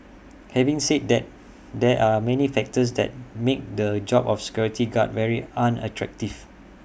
having said that there are many factors that make the job of security guard very unattractive